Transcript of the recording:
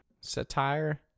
satire